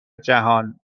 جهان